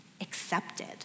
accepted